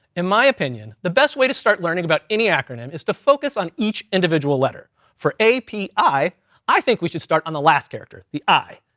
in my opinion, the best way to start learning about any acronym is to focus on each individual letter. for api, i i think we should start on the last character, the i,